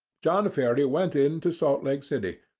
john ferrier went in to salt lake city,